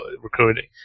recruiting